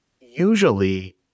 Usually